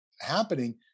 happening